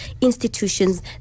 institutions